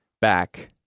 back